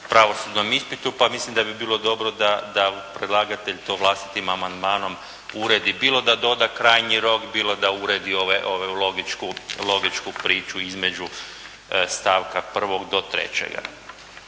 pravosudnom ispitu, pa mislim da bi bilo dobro da predlagatelj to vlastitim amandmanom uredi, bilo da doda krajnji rok, bilo da uredi ovu logičku priču između stavka 1. do 3.